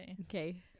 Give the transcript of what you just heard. okay